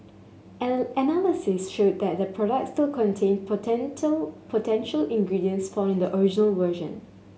analysis showed that the products still contained potential ingredients found in the original version